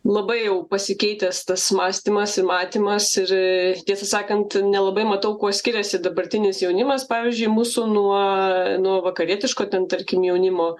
labai jau pasikeitęs tas mąstymas ir matymas ir tiesą sakant nelabai matau kuo skiriasi dabartinis jaunimas pavyzdžiui mūsų nuo nuo vakarietiško ten tarkim jaunimo